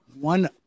one